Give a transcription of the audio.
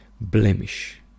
blemish